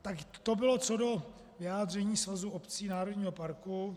Tak to bylo co do vyjádření Svazu obcí národního parku.